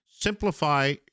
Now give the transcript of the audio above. simplify